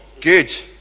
good